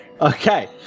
Okay